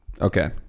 Okay